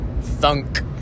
thunk